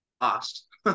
lost